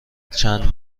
چند